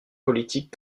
politique